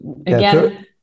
again